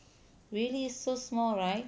really so small right